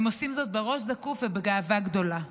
הם עושים זאת בראש זקוף ובגאווה גדולה.